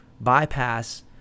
bypass